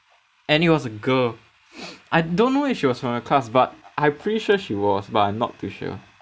and it was a girl I don't know if she was from your class but I pretty sure she was but I'm not too sure